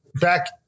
back